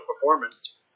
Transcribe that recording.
Performance